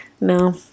No